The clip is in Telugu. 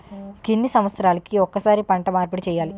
ఎన్ని సంవత్సరాలకి ఒక్కసారి పంట మార్పిడి చేయాలి?